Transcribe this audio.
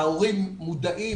ההורים מודעים,